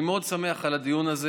אני מאוד שמח על הדיון הזה.